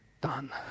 done